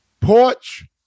porch